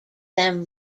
them